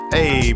Hey